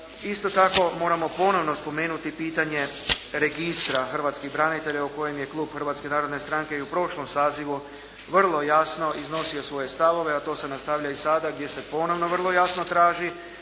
Isto tako moramo ponovno spomenuti pitanje registra hrvatskih branitelja o kojem je klub Hrvatske narodne stranke i u prošlom sazivu vrlo jasno iznosio svoje stavove, a to se nastavlja i sada gdje se ponovno vrlo jasno traži